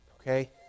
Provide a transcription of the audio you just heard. okay